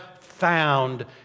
found